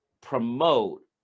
promote